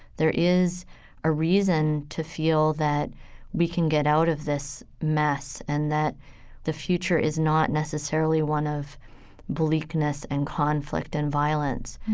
there is a reason to feel that we can get out of this mess, and that the future is not necessarily one of bleakness and conflict and violence,